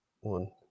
one